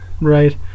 Right